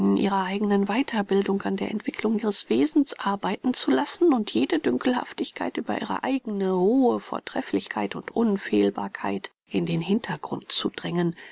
ihrer eigenen weiterbildung an der entwicklung ihres wesens arbeiten zu lassen und jede dünkelhaftigkeit über ihre eigne hohe vortrefflichkeit und unfehlbarkeit in den hintergrund zu drängen